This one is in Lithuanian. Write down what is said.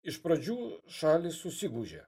iš pradžių šalys susigūžė